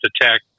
attack